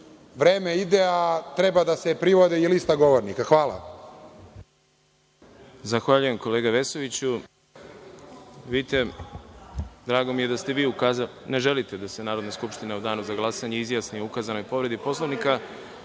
vreme ide, a treba da se privodi i lista govornika. Hvala.